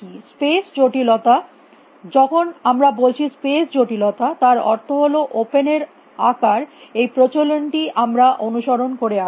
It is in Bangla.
স্পেস জটিলতা যখন আমরা বলছি স্পেস জটিলতা তার অর্থ হল ওপেন এর আকার এই প্রচলনটি আমরা অনুসরণ করে আসছি